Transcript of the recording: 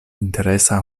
interesa